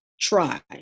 try